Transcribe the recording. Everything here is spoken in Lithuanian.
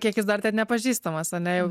kiek jis dar nepažįstamas ane jau